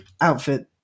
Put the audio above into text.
outfit